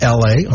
la